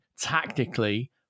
tactically